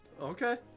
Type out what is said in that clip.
Okay